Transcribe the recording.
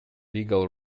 legal